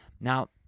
Now